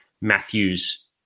Matthews